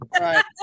Right